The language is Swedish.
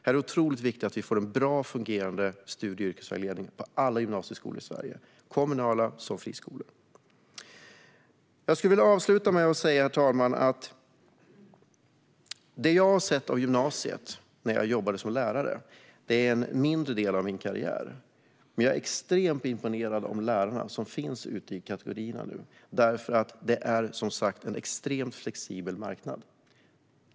Det är otroligt viktigt att vi får en väl fungerande studie och yrkesvägledning på alla gymnasieskolor i Sverige, både kommunala skolor och friskolor. Jag vill avsluta med att säga, herr talman, att det jag såg av gymnasiet när jag jobbade som lärare under en mindre del av min karriär gjorde mig extremt imponerad av de lärare som finns där ute. Marknaden är som sagt extremt flexibel.